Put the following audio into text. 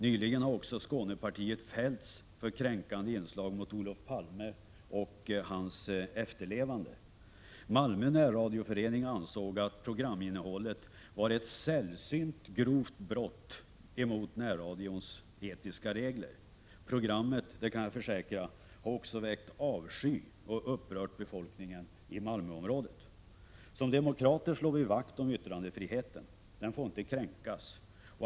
Nyligen har Skånepartiet också fällts för kränkande inslag mot Olof Palme och hans efterlevande. Malmö närradioförening ansåg att programinnehållet var ett sällsynt grovt brott mot närradions etiska regler. Programmet — det kan jag försäkra — har också väckt avsky och upprört befolkningen i Malmöområdet. Som demokrater slår vi vakt om yttrandefriheten. Den får inte kränkas.